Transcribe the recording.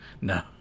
No